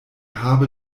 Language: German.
habe